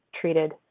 treated